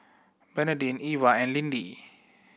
Bernardine Iva and Lindy